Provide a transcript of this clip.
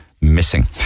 missing